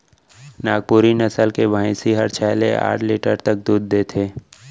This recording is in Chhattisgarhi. नागपुरी नसल के भईंसी हर छै ले आठ लीटर तक दूद देथे